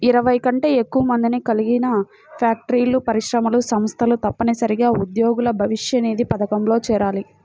ఇరవై కంటే ఎక్కువ మందిని కలిగిన ఫ్యాక్టరీలు, పరిశ్రమలు, సంస్థలు తప్పనిసరిగా ఉద్యోగుల భవిష్యనిధి పథకంలో చేరాలి